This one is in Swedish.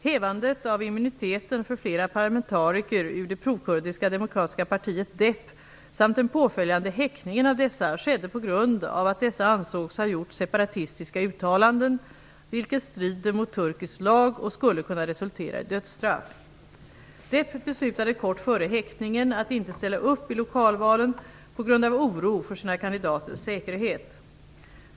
Hävandet av immuniteten för flera parlamentariker ur det prokurdiska demokratiska partiet DEP, samt den påföljande häktningen av dessa skedde på grund av att dessa ansågs ha gjort separatistiska uttalanden, vilket strider mot turkisk lag och skulle kunna resultera i dödsstraff. DEP beslutade kort före häktningen att inte ställa upp i lokalvalen på grund av oro för sina kandidaters säkerhet.